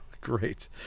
Great